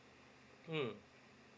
hmm